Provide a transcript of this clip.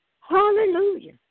Hallelujah